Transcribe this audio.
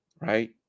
right